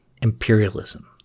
imperialism